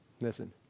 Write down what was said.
listen